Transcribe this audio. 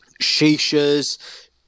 shishas